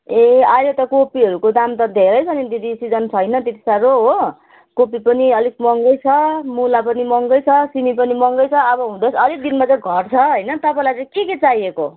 ए अहिले त कोपीहरूको दाम त धेरै छ नि दिदी सिजन छैन त्यति साह्रो हो कोपी पनि अलिक महँगै छ मुला पनि महँगै छ सिमी पनि महँगै छ अब हुँदैछ अलिक दिनमा चाहिँ घट्छ होइन तपाईँलाई के के चाहिएको